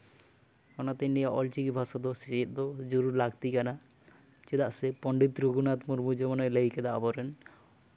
ᱚᱱᱟ ᱛᱤᱧ ᱞᱟᱹᱭᱟ ᱚᱞᱪᱤᱠᱤ ᱵᱷᱟᱥᱟ ᱫᱚ ᱥᱮᱪᱮᱫ ᱫᱚ ᱡᱩᱨᱩᱲ ᱞᱟᱹᱠᱛᱤ ᱠᱟᱱᱟ ᱪᱮᱫᱟᱜ ᱥᱮ ᱯᱚᱱᱰᱤᱛ ᱨᱚᱜᱷᱩᱱᱟᱛᱷ ᱢᱩᱨᱢᱩ ᱡᱮᱢᱚᱱᱮ ᱞᱟᱹᱭ ᱠᱟᱫᱟ ᱟᱵᱚᱨᱮᱱ